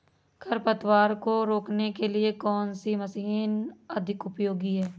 खरपतवार को रोकने के लिए कौन सी मशीन अधिक उपयोगी है?